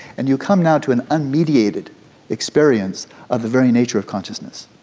and you come now to an unmediated experience of the very nature of consciousness.